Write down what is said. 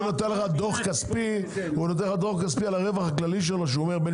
הוא נותן לך דו"ח כספי על הרווח הכללי שלו שהוא אומר בין